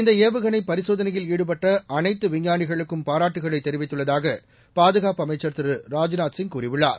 இந்த ஏவுகனை பரிசோதனையில் ஈடுபட்ட அனைத்து விஞ்ஞானிகளுக்கும் பாராட்டுக்களைத் தெரிவித்துள்ளதாக பாதுகாப்பு அமைச்சர் திரு ராஜ்நாத்சிங் கூறியுள்ளார்